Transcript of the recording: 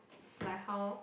like how